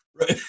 right